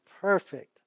perfect